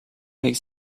avec